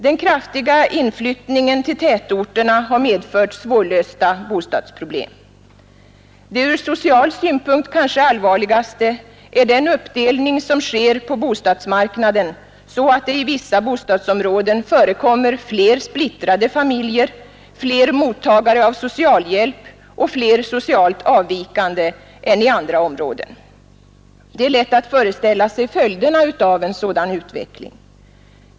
Den kraftiga inflyttningen till tätorterna har medfört svårlösta bostadsproblem. Det ur social synpunkt kanske allvarligaste är den uppdelning som sker på bostadsmarknaden, så att det i vissa bostadsområden förekommer fler splittrade familjer, fler mottagare av socialhjälp och fler socialt avvikande än i andra områden. Det är lätt att föreställa sig följderna av en sådan utveckling.